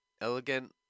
elegant